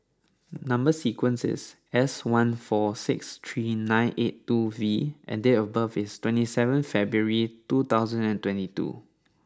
number sequence is S one four six three nine eight two V and date of birth is twenty seven February two thousand and twenty two